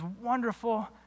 wonderful